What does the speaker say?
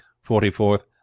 forty-fourth